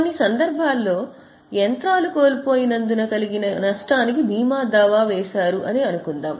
కొన్ని సందర్భాల్లో యంత్రాలు కోల్పోయి నందున కలిగిన నష్టానికి భీమా దావా వేశారు అని అనుకుందాం